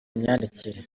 myandikire